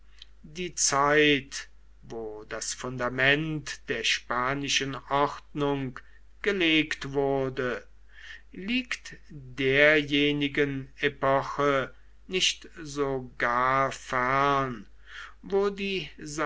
die zeit wo das fundament der spanischen ordnung gelegt wurde liegt derjenigen epoche nicht so gar fern wo die